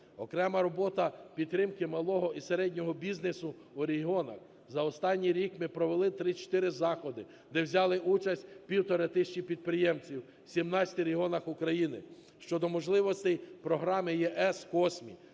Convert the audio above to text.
Окрема робота підтримки малого і середнього бізнесу в регіонах. За останній рік ми провели 34 заходи, де взяли участь півтори тисячі підприємців з сімнадцяти регіонів України. Щодо можливостей програми ЄС COSME